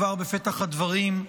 כבר בפתח הדברים,